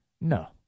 No